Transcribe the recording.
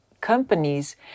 companies